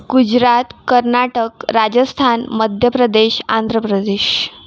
Gujarat Karnataka Rajasthan Madhya Pradesh Andhra Pradesh